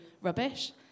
rubbish